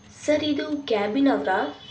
sir ಇದು ಕ್ಯಾಬಿನವರಾ